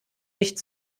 echt